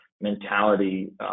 mentality